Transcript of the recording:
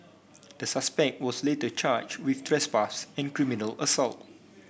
the suspect was later charged with trespass and criminal assault